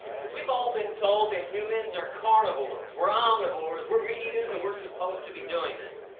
because we've all been told that humans are carnivores, we're omnivores, we're meat eaters and we're supposed to be doing this.